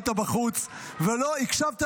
היית בחוץ ולא הקשבת לשיעור,